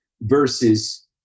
versus